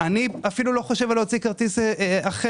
אני אפילו לא חושב להוציא כרטיס אחר.